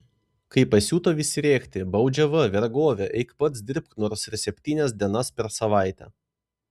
kai pasiuto visi rėkti baudžiava vergovė eik pats dirbk nors ir septynias dienas per savaitę